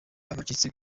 abacitse